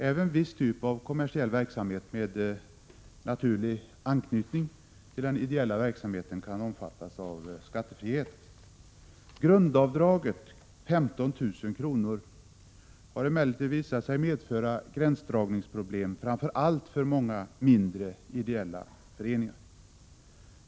Även viss typ av kommersiell verksamhet med naturlig anknytning till den ideella verksamheten kan omfattas av skattefrihet. Grundavdraget, 15 000 kr., har emellertid visat sig medföra gränsdragningsproblem framför allt för många mindre, ideella föreningar.